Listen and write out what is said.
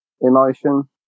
emotion